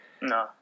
No